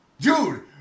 Dude